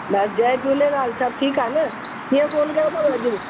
बसि जय झूलेलाल सभु ठीकु आहे न कीअं फ़ोन कयो अथव अॼु